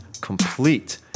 complete